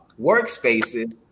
workspaces